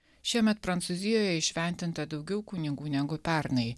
šiemet prancūzijoje įšventinta daugiau kunigų negu pernai